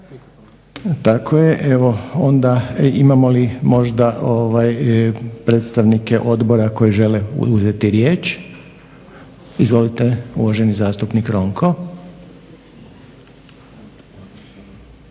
tako je. Evo onda imamo li možda predstavnike odbora koji žele uzeti riječ? Izvolite uvaženi zastupnik Ronko.